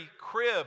crib